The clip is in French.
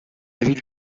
ville